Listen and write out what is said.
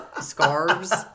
Scarves